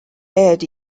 aired